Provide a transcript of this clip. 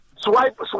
Swipe